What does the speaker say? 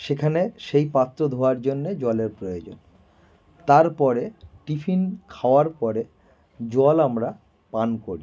সেখানের সেই পাত্র ধোয়ার জন্যই জলের প্রয়োজন তারপরে টিফিন খাওয়ার পরে জল আমরা পান করি